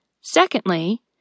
Secondly